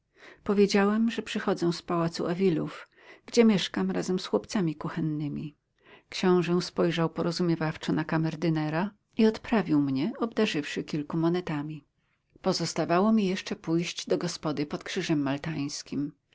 powiedziałem że przychodzę z pałacu avilów gdzie mieszkam razem z chłopcami kuchennymi książę spojrzał porozumiewawczo na kamerdynera i odprawił mnie obdarzywszy kilku monetami pozostawało mi jeszcze pójść do gospody pod krzyżem maltańskim